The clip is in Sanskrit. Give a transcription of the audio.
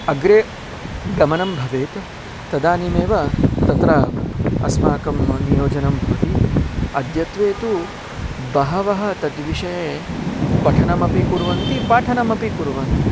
अग्रे गमनं भवेत् तदानीमेव तत्र अस्माकं नियोजनं भवति अद्यत्वे तु बहवः तद्विषये पठनमपि कुर्वन्ति पाठनमपि कुर्वन्ति